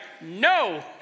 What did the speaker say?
no